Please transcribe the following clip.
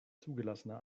zugelassene